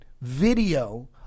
video